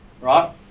right